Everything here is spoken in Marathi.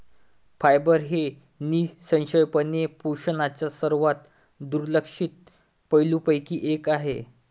फायबर हे निःसंशयपणे पोषणाच्या सर्वात दुर्लक्षित पैलूंपैकी एक आहे